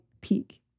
peak